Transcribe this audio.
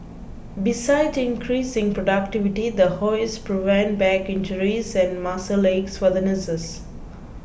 besides increasing productivity the hoists prevent back injuries and muscle aches for the nurses